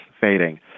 fading